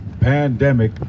pandemic